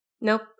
Nope